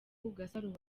gasaro